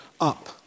up